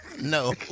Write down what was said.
No